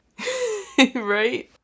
Right